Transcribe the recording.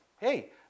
hey